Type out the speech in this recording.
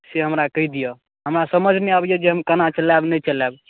से हमरा कहि दिअ हमरा समझ नहि आबैए जे हम केना चलायब नहि चलायब